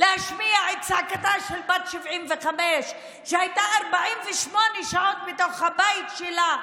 להשמיע את זעקתה של בת 75 שהייתה 48 שעות בתוך הבית שלה,